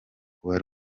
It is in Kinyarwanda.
kuba